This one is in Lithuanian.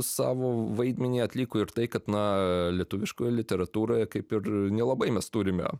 savo vaidmenį atliko ir tai kad na lietuviškoje literatūroje kaip ir nelabai mes turime